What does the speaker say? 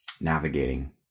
navigating